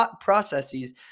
processes